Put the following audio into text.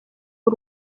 w’u